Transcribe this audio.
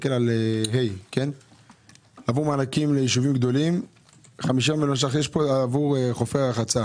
מענקים לישובים גדולים, עבור חופי הרחצה